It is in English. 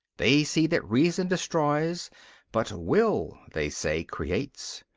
they see that reason destroys but will, they say, creates.